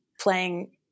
playing